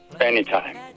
anytime